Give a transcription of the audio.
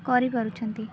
କରିପାରୁଛନ୍ତି